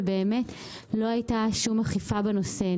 ובאמת לא הייתה שום אכיפה בנושא.